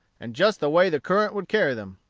and just the way the current would carry them.